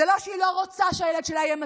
זה לא שהיא לא רוצה שהילד שלה יהיה משכיל,